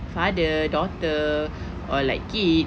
father daughter or like kids